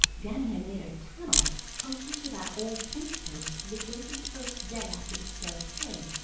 danny had made a tunnel over to that old fence-post the very first day after the snow came,